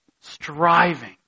Striving